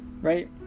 Right